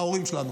ההורים שלנו.